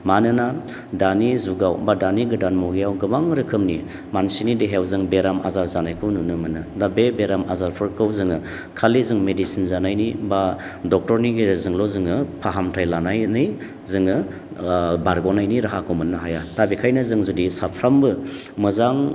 मानोना दानि जुगाव बा दानि गोदान मुगायाव गोबां रोखोमनि मानसिनि देहायाव जों बेराम आजार जानायखौ नुनो मोनो दा बे बेराम आजारफोरखौ जोङो खालि जों मेडिसिन जानायनि बा डक्ट'रनि गेजेरजोंल' जोङो फाहामथाय लानायनि जोङो बारगनायनि राहाखौ मोननो हायो दा बेखायनो जों जुदि साफ्रोमबो मोजां